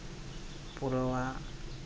ᱯᱩᱨᱟᱹᱣᱟ